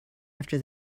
after